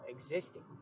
existing